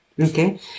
okay